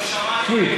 סוִיד.